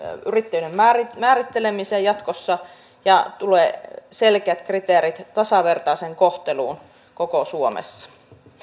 yrittäjyyden määrittelemiseen jatkossa ja tulee selkeät kriteerit tasavertaiseen kohteluun koko suomessa